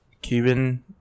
Cuban